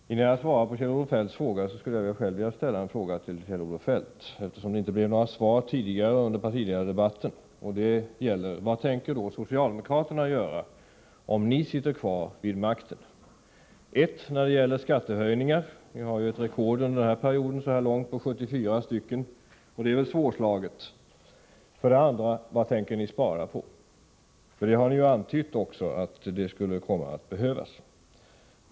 Fru talman! Innan jag svarar på Kjell-Olof Feldts fråga skulle jag själv vilja ställa en fråga till Kjell-Olof Feldt, eftersom det inte blev några svar tidigare under partiledardebatten. Vad tänker socialdemokraterna göra, om ni sitter kvar vid makten? Det gäller för det första skattehöjningar. Ni har ju ett rekord så här långt under den innevarande perioden med 74 stycken. Det är väl svårslaget. För det andra gäller det vad ni tänker spara på. Ni har ju antytt att det skulle komma att behövas.